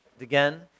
Again